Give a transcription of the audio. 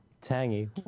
Tangy